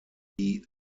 die